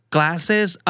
Glasses